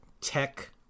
tech